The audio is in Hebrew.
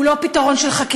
הוא לא פתרון של חקיקה,